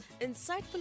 insightful